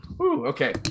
okay